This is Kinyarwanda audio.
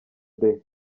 day